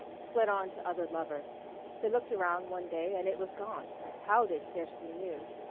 fled on to other lovers they looked around one day and it was gone, how they scarcely knew.